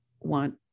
want